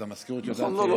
אז המזכירות מנווטת את,